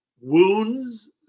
wounds